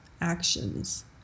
actions